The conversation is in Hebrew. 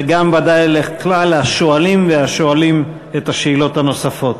וגם בוודאי לכלל השואלים ולשואלים את השאלות הנוספות.